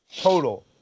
total